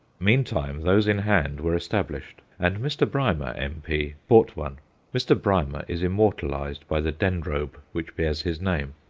meantime, those in hand were established, and mr. brymer, m p, bought one mr. brymer is immortalized by the dendrobe which bears his name.